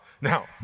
Now